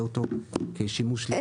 אותו בשימוש -- (היו"ר משה ארבל,